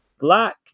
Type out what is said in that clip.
black